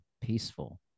peaceful